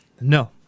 No